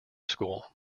school